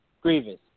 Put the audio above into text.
Grievous